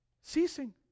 ceasing